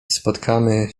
spotkamy